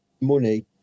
money